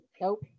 Nope